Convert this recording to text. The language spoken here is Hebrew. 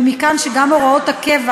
ומכאן שגם הוראות הקבע